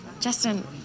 Justin